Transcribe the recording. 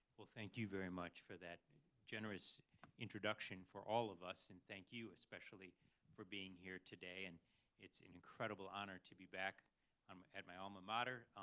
thank you very much for that generous introduction for all of us, and thank you especially for being here today. and it's an incredible honor to be back um at my alma mater.